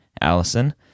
Allison